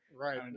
Right